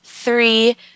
three